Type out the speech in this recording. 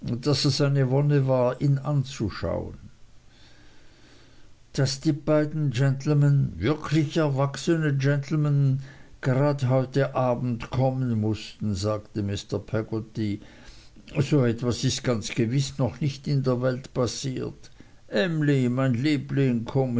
daß es eine wonne war ihn anzuschauen daß die beiden genlmn wirklich erwachsene genlmn grade heute abends kommen mußten sagte mr peggotty so etwas ist ganz gewiß noch nicht in der welt passiert emly mein liebling komm